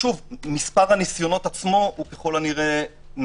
מספר הניסיונות עצמו נמוך מאוד ככל הנראה,